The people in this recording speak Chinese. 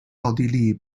奥地利